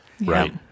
Right